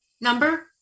number